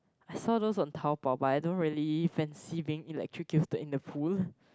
so those on Taobao but I don't really fancy being in like tricky or so in the pool